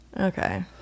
Okay